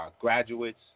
graduates